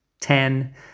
ten